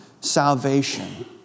salvation